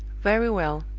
very well.